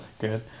Good